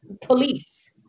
police